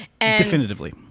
definitively